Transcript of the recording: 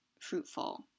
fruitful